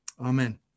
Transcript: Amen